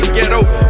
ghetto